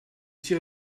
sur